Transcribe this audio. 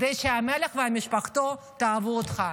כדי שהמלך ומשפחתו יאהבו אותך.